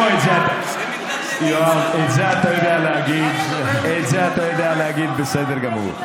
את זה אתה יודע להגיד בסדר גמור.